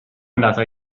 andata